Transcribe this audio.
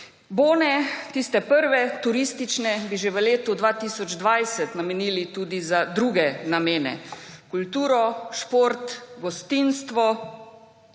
Bone, tiste prve turistične, bi že v letu 2020 namenili tudi za druge namene: kulturo, šport, gostinstvo.